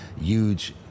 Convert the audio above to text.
huge